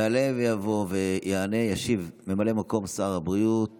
יעלה ויבוא וישיב ממלא מקום שר הבריאות